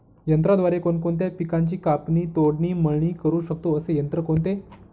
यंत्राद्वारे कोणकोणत्या पिकांची कापणी, तोडणी, मळणी करु शकतो, असे यंत्र कोणते?